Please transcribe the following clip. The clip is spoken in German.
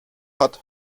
hat